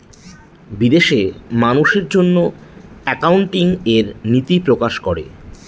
বিদেশে মানুষের জন্য একাউন্টিং এর নীতি প্রকাশ করে